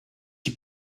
die